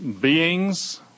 beings